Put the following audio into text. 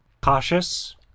Cautious